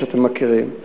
שאתם מכירים.